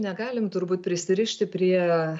negalim turbūt prisirišti prie